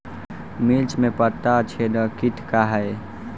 मिर्च में पता छेदक किट का है?